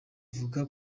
vuba